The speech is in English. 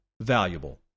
valuable